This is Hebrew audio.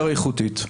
יותר איכותית.